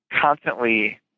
constantly